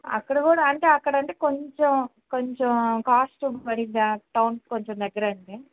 అక్కడ కూడా అంటే అక్కడ అంటే కొంచెం కొంచెం కాస్ట్ పడుద్ది టౌన్కి కొంచెం దగ్గర అంటే